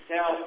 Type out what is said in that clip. Now